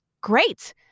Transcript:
great